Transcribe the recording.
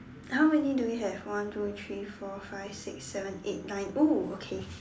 how many do we have one two three four five six seven eight nine oh okay